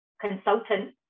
consultant